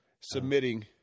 submitting